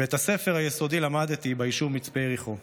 בבית הספר היסודי למדתי ביישוב מצפה יריחו,